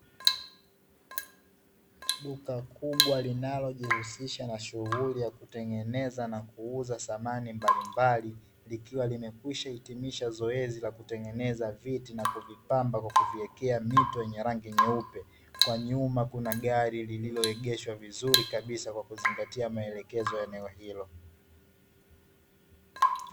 Duka kubwa linalojihusisha na shughuli ya kutengeneza na kuuza samani mbalimbali likiwa limeitengeneza viti na kuvipamba kwa kuviekea mito yenye rangi nyeupe. Kwa nyuma, kuna gari lililoegeshwa vizuri kabisa kwa kuzingatia maelekezo ya eneo hilo.